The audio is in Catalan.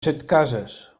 setcases